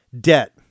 Debt